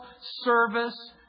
service